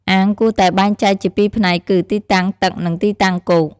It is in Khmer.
អាងគួរតែបែងចែកជាពីរផ្នែកគឺ ទីតាំងទឹក និង ទីតាំងគោក។